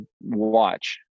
watch